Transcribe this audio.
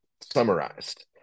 summarized